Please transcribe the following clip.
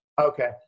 Okay